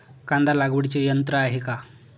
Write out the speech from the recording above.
कांदा लागवडीचे यंत्र आहे का?